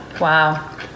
Wow